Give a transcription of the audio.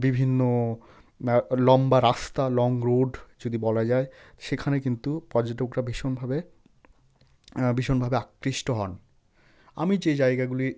বিভিন্ন লম্বা রাস্তা লং রুট যদি বলা যায় সেখানে কিন্তু পর্যটকরা ভীষণভাবে ভীষণভাবে আকৃষ্ট হন আমি যে জায়গাগুলি